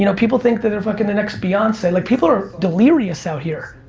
you know people think they're they're fucking the next beyonce. like people are delirious out here.